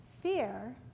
fear